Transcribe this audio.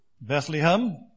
Bethlehem